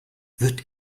wird